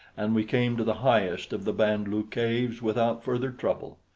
and we came to the highest of the band-lu caves without further trouble.